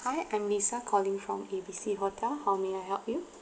hi I'm lisa calling from A B C hotel how may I help you